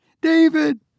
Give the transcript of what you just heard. David